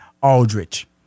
Aldrich